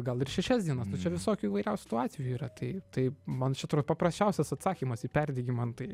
gal ir šešias dienas nu čia visokių įvairiausių tų atvejų yra tai tai man čia atro paprasčiausias atsakymas į perdegimą nu tai